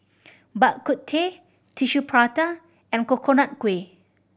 Bak Kut Teh Tissue Prata and Coconut Kuih